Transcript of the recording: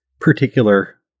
particular